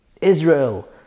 Israel